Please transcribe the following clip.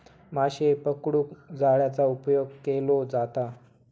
माशे पकडूक जाळ्याचा उपयोग केलो जाता